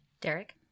Derek